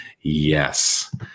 yes